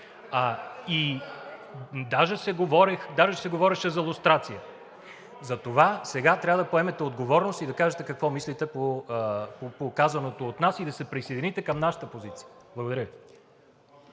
и даже се говореше за лустрация. Затова сега трябва да поемете отговорност, да кажете какво мислите по казаното от нас и да се присъедините към нашата позиция. Благодаря